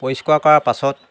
পৰিষ্কাৰ কৰাৰ পাছত